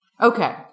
Okay